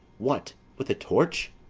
what, with a torch?